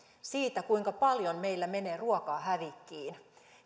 siitä kuinka paljon meillä menee ruokaa hävikkiin